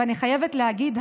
ואני חייבת להגיד,